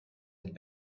had